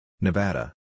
Nevada